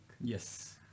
Yes